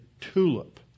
TULIP